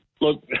Look